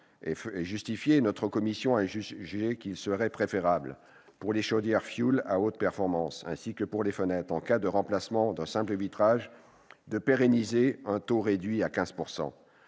des affaires économiques a jugé qu'il serait préférable, pour les chaudières au fioul à haute performance, ainsi que pour les fenêtres en cas de remplacement d'un simple vitrage, de pérenniser un taux réduit à 15 %.